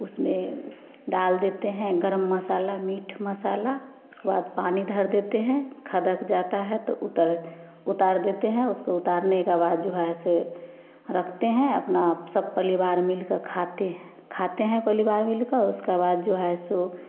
उसमें डाल देते हैं गरम मसाला मीट मसाला उसके बाद पानी धर देते हैं खदक जाता है तो उतर उतार देते हैं उसको उतारने का बाद जो है से रखते हैं अपना सब परिवार मिल क खाते हैं खाते हैं परिवार मिल के उसका बाद जो है सो